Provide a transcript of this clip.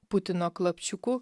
putino klapčiuku